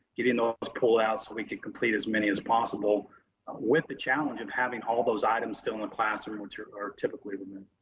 getting those pullouts. so we can complete as many as possible with the challenge of having all those items still in the classroom, which are are typically removed.